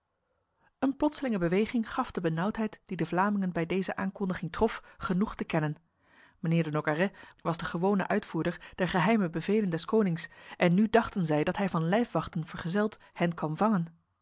een plotselinge beweging gaf de benauwdheid die de vlamingen bij deze aankondiging trof genoeg te kennen mijnheer de nogaret was de gewone uitvoerder der geheime bevelen des konings en nu dachten zij dat hij van lijfwachten vergezeld hen kwam vangen